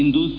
ಇಂದು C